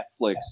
Netflix